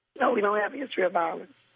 he don't have a history of violence.